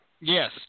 Yes